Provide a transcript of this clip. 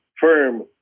firm